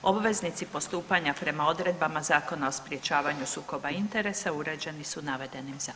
Obveznici postupanja prema odredbama Zakona o sprječavanja sukoba interesa uređeni su navedenim zakonom.